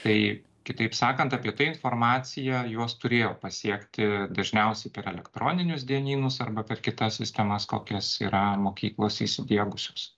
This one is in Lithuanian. tai kitaip sakant apie tai informacija juos turėjo pasiekti dažniausiai per elektroninius dienynus arba per kitas sistemas kokias yra mokyklos įsidiegusios